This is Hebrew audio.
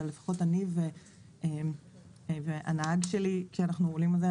אבל לפחות אני והנהג שלי כשאנחנו עולים על זה,